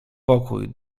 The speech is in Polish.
pokój